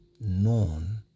known